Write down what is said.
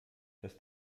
dass